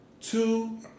Two